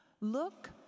look